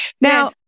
Now